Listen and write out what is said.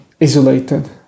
isolated